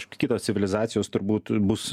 kitos civilizacijos turbūt bus